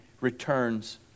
returns